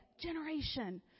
Generation